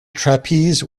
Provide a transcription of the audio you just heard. trapeze